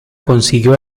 consiguió